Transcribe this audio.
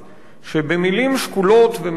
שבמלים שקולות ומתונות,